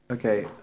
Okay